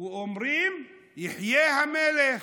ואומרים: יחיה המלך,